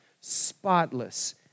spotless